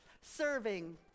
Serving